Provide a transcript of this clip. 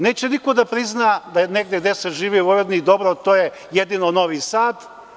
Neće niko da prizna da negde gde se živi u Vojvodini dobro, to je jedino Novi Sad.